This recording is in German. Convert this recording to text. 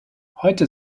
heute